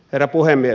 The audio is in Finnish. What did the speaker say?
herra puhemies